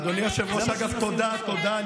אדוני היושב-ראש, אגב, תודה, תודה.